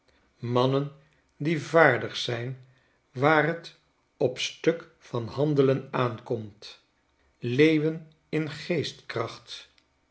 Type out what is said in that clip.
mannen die vaardig zyn waar t op stuk van handelen aankomt leeuwen in geestkracht